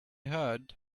heard